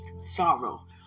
sorrow